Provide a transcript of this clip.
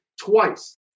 twice